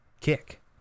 kick